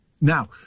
Now